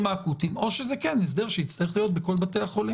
האקוטיים או שזה הסדר שיצטרך להיות בכל בתי החולים.